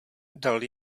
dal